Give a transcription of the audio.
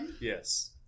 Yes